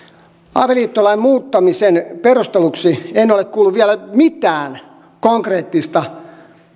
avioliittolain muuttamisen perusteluksi en ole kuullut vielä mitään konkreettista